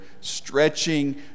stretching